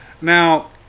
now